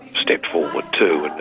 step forward too,